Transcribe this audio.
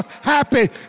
happy